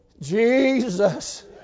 Jesus